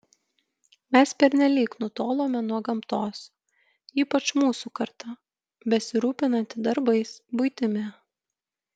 mes pernelyg nutolome nuo gamtos ypač mūsų karta besirūpinanti darbais buitimi